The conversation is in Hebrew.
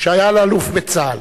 שהיה לאלוף בצה"ל.